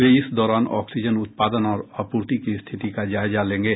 वे इस दौरान ऑक्सीजन उत्पादन और आपूर्ति की स्थिति का जायजा लेंगे